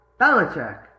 Belichick